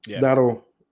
that'll –